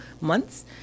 months